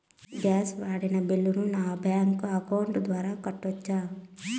Gas వాడిన బిల్లును నా బ్యాంకు అకౌంట్ ద్వారా కట్టొచ్చా?